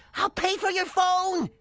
i'll pay for your phone!